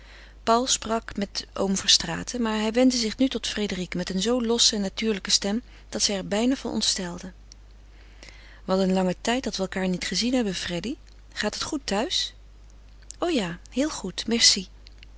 paul sprak met oom verstraeten maar hij wendde zich nu tot frédérique met een zoo losse natuurlijke stem dat zij er bijna van ontstelde wat een langen tijd dat we elkaâr niet gezien hebben freddy gaat het goed thuis o ja heel goed merci